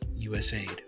USAID